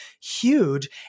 huge